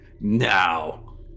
now